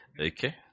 Okay